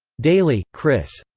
daly, chris.